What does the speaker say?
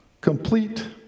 complete